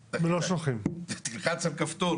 צריך רק ללחוץ על כפתור.